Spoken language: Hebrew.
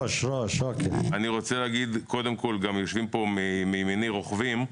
מימיני יושבים רוכבים,